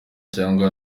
cyangwa